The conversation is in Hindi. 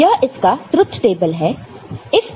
यह इसका ट्रुथ टेबल है